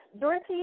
Dorothy